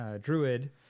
Druid